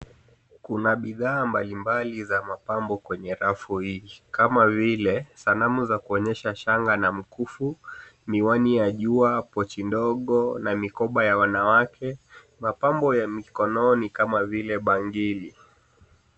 Kuna bidhaa mbalimbali za mapambo kwenye rafu hii kama vile sanamu za kuonyesha shanga na mkufu, miwani ya jua, pochi ndogo na mikoba ya wanawake, mapambo ya mikononi kama vile bangili.